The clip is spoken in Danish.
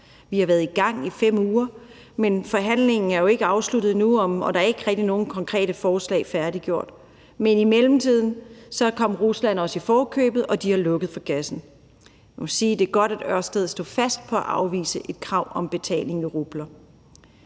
Vi har været i gang i 5 uger, men forhandlingen er jo ikke afsluttet endnu, og der er ikke rigtig nogen konkrete forslag færdiggjort. Men i mellemtiden kom Rusland os i forkøbet, og de har lukket for gassen. Jeg må sige, at det er godt, at Ørsted stod fast på at afvise et krav om betaling i rubler.